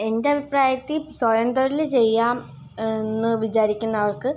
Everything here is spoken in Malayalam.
എൻ്റെ അഭിപ്രായത്തിൽ സ്വയംതൊഴിൽ ചെയ്യാം എന്ന് വിചാരിക്കുന്ന ആൾക്ക്